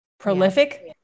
Prolific